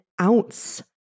ounce